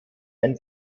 ein